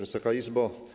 Wysoka Izbo!